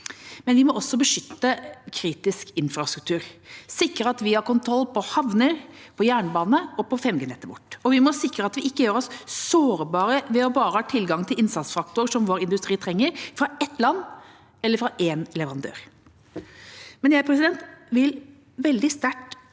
Vi må beskytte kritisk infrastruktur og sikre at vi har kontroll på havner, jernbane og 5G-nettet vårt. Og vi må sikre at vi ikke gjør oss sårbare ved å bare ha tilgang til innsatsfaktorer som vår industri trenger, fra ett land eller fra én leverandør. Men jeg vil veldig sterkt